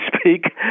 speak